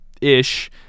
Ish